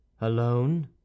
Alone